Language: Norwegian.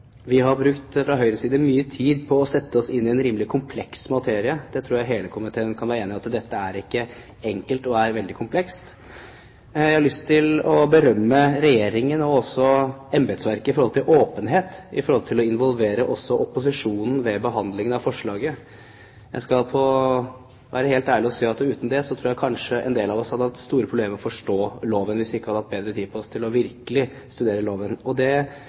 Vi har fra Høyres side brukt mye tid på å sette oss inn i en rimelig kompleks materie. Jeg tror hele komiteen kan være enig i at dette er ikke enkelt, men veldig komplekst. Jeg har lyst til å berømme Regjeringen og embetsverket for åpenhet når det gjelder å involvere også opposisjonen ved behandlingen av forslaget. Jeg skal være helt ærlig og si at uten det tror jeg kanskje en del av oss hadde hatt store problemer med å forstå loven – hvis vi ikke hadde hatt bedre tid på oss til virkelig å studere